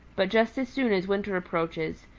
but just as soon as winter approaches,